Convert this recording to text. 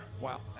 Wow